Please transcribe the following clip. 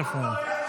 איפה הוא?